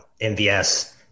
NVS